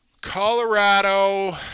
Colorado